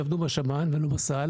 לא כל הרופאים יעבדו בשב"ן ולא בסל,